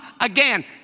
again